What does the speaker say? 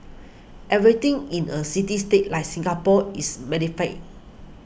everything in a city state like Singapore is magnified